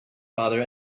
father